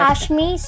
Ashmi